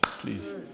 Please